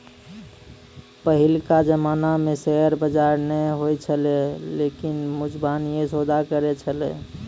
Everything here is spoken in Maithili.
पहिलका जमाना मे शेयर बजार नै होय छलै लोगें मुजबानीये सौदा करै छलै